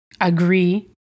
agree